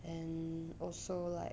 and also like